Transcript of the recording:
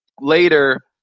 Later